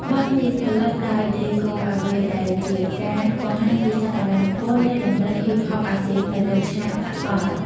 បទនេះផលិតដោយ Diego Ave ដែលជាការបង្ហាញពីសក្ដានុពលនៃតន្ត្រីហ៊ីបហបអាស៊ីនៅលើឆាកសកល។